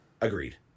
Agreed